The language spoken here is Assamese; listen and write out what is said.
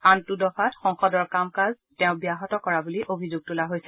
আনটো দফাত সংসদৰ কামকাজ তেওঁ ব্যাহত কৰা বুলি অভিযোগ তোলা হৈছে